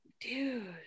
Dude